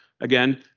Again